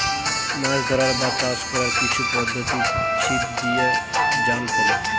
মাছ ধরার বা চাষ কোরার কিছু পদ্ধোতি ছিপ দিয়ে, জাল ফেলে